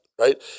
Right